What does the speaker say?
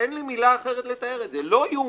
אין לי מילה אחרת לתאר את זה לא יאומן,